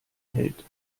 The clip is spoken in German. hält